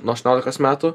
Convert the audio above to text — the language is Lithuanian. nuo aštuoniolikos metų